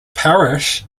parish